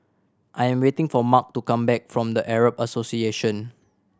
I'm waiting for Marc to come back from The Arab Association